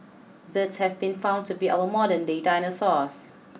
birds have been found to be our modernday dinosaurs